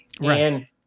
Right